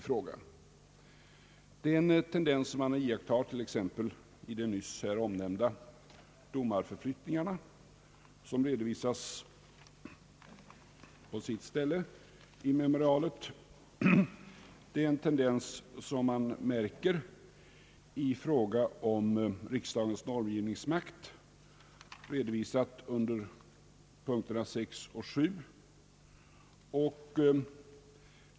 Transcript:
Det är en tendens man t.ex. kan iaktta i de nyss omnämnda domarförflyttningarna, som redovisas i memorialet. Det är en tendens som man märker i frågan om riksdagens normgivningsmakt, som är redovisad under punkterna 6 och 7.